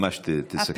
ממש תסכמי, בבקשה.